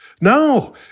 No